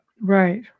Right